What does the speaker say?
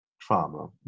trauma